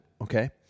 okay